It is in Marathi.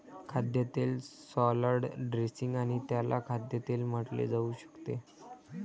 खाद्यतेल सॅलड ड्रेसिंग आणि त्याला खाद्यतेल म्हटले जाऊ शकते